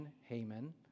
Haman